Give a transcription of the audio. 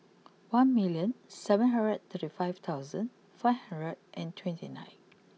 one million seven hundred thirty five thousand five hundred and twenty nine